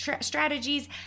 strategies